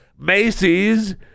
Macy's